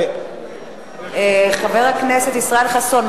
חבר הכנסת חסון,